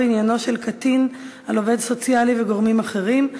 בעניינו של קטין על עובד סוציאלי וגורמים אחרים),